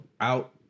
out